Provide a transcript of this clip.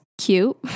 cute